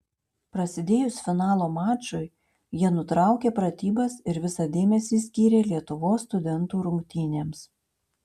prasidėjus finalo mačui jie nutraukė pratybas ir visą dėmesį skyrė lietuvos studentų rungtynėms